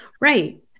Right